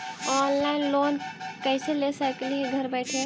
Online loan कैसे ले सकली हे घर बैठे?